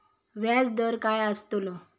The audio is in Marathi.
व्याज दर काय आस्तलो?